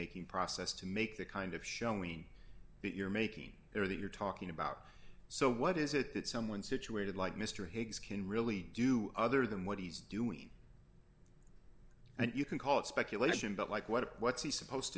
making process to make the kind of showing that you're making there that you're talking about so what is it that someone situated like mr higgs can really do other than what he's doing and you can call it speculation but like what what's he supposed